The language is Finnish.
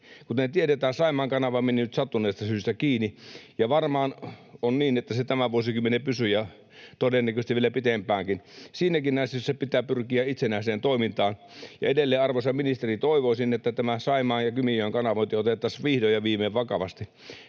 Kuten tiedetään, Saimaan kanava meni nyt sattuneesta syystä kiinni, ja varmaan on niin, että se tämän vuosikymmenen pysyy ja todennäköisesti vielä pitempäänkin. Siinäkin asiassa pitää pyrkiä itsenäiseen toimintaan. Edelleen, arvoisa ministeri, toivoisin, että tämä Saimaan ja Kymijoen kanavointi otettaisiin vihdoin ja viimein vakavasti.